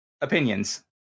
Opinions